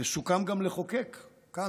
סוכם גם לחוקק כאן,